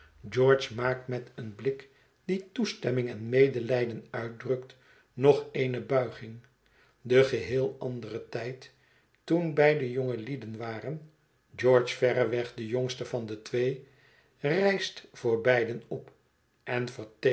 george maakt met een blik die toestemming en medelijden uitdrukt nog eene buiging de geheel andere tijd toen beiden jongelieden waren george verreweg de jongste van de twee rijst voor beiden op en